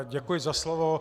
Děkuji za slovo.